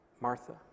Martha